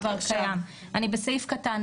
ב-ב', ד',